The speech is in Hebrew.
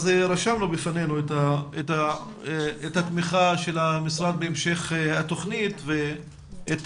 אז רשמנו בפנינו את התמיכה של המשרד בהמשך התוכנית ואת